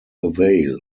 avail